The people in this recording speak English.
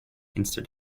instead